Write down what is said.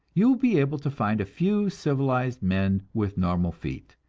you will be able to find a few civilized men with normal feet,